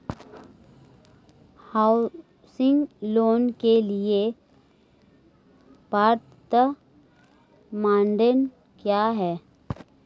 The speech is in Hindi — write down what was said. हाउसिंग लोंन के लिए पात्रता मानदंड क्या हैं?